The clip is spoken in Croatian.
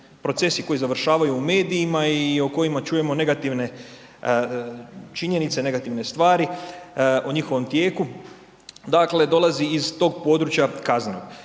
procesi koji završavaju u medijima i o kojima čujemo negativne činjenice, negativne stvari o njihovom tijeku. Dakle, dolazi iz tog područja kaznenog.